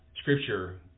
scripture